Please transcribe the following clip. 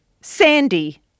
Sandy